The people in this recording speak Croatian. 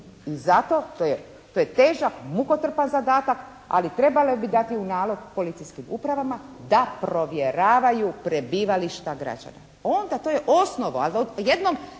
I zato to je težak, mukotrpan zadatak ali trebalo bi dati u nalog policijskim upravama da provjeravaju prebivališta građana. Onda to je osnovno, ali jednom